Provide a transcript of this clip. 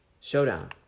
Showdown